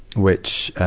which, ah,